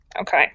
Okay